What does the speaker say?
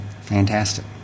Fantastic